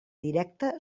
directa